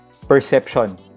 Perception